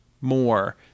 more